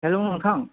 hello नोंथां